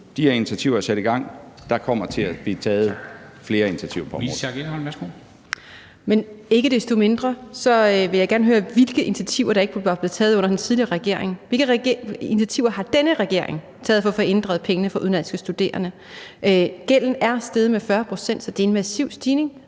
Dam Kristensen): Louise Schack Elholm, værsgo. Kl. 13:41 Louise Schack Elholm (V): Men ikke desto mindre vil jeg gerne høre, hvilke initiativer der ikke var blevet taget under den tidligere regering. Hvilke initiativer har denne regering taget for at få inddrevet pengene fra udenlandske studerende? Gælden er steget med 40 pct., så det er en massiv stigning.